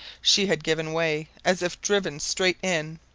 she had given way as if driven straight in.